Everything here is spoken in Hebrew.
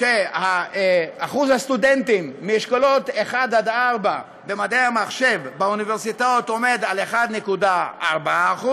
ששיעור הסטודנטים מאשכולות 1 4 במדעי המחשב באוניברסיטאות עומד על 1.4%,